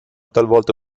talvolta